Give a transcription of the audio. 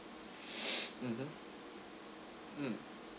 mmhmm mm